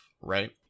right